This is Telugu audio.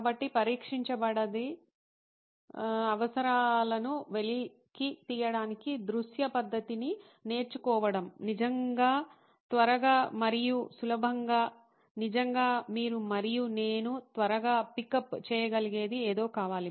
కాబట్టి వ్యక్తీకరించబడని అవసరాలను వెలికి తీయడానికి దృశ్య పద్ధతిని నేర్చుకోవడం నిజంగా త్వరగా మరియు సులభం నిజంగా మీరు మరియు నేను త్వరగా పికప్ చేయగలిగేది ఏదో కావాలి